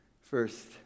First